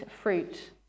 fruit